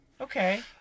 okay